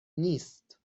نیست